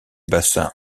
bassin